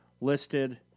listed